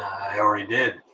i already did.